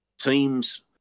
teams